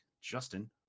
justin